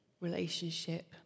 relationship